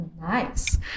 nice